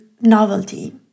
novelty